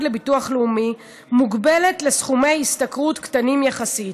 לביטוח לאומי מוגבלת לסכומי השתכרות קטנים יחסית,